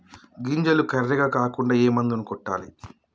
గింజలు కర్రెగ కాకుండా ఏ మందును కొట్టాలి?